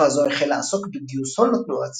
בתקופה זו החל לעסוק בגיוס הון לתנועה הציונית.